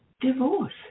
divorce